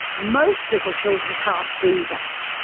most little children can't do that.